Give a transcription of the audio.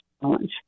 challenge